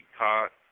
caught